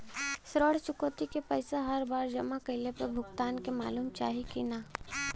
ऋण चुकौती के पैसा हर बार जमा कईला पर भुगतान के मालूम चाही की ना?